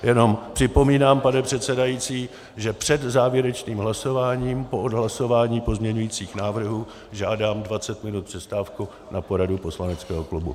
Jenom připomínám, pane předsedající, že před závěrečným hlasováním po odhlasování pozměňovacích návrhů žádám dvacet minut přestávku na poradu poslaneckého klubu.